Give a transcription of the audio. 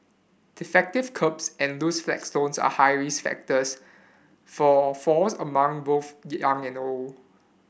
defective kerbs and loose flagstones are high risk factors for falls among both young and old